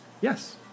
Yes